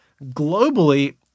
globally